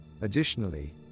Additionally